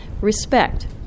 respect